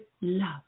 love